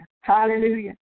Hallelujah